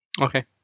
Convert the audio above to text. Okay